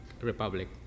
republic